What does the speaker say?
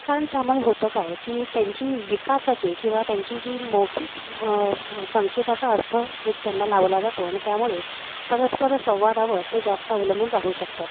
कारण त्यामुळे होतं काय की त्यांची विकासाची किंवा त्यांची जी मौखिक संकेताचा अर्थ एक त्यांना लावला जातो आणि त्यामुळे परस्पर संवादावर ते जास्त अवलंबून राहू शकतात